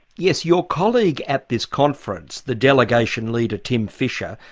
yes your colleague at this conference, the delegation leader tim fischer,